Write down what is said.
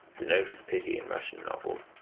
the note of pity in russian novels,